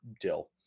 dill